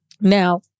Now